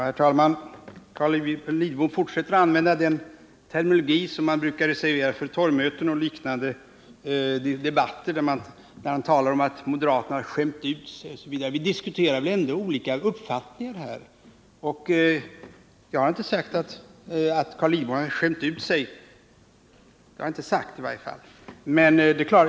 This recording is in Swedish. Herr talman! Carl Lidbom fortsätter att använda den terminologi som man brukar reservera för torgmöten och liknande debatter, när han talar om att moderaterna skämt ut sig osv. Vi diskuterar väl ändå olika uppfattningar här. Jag har inte antytt att Carl Lidbom har skämt ut sig — jag har i varje fall inte sagt det.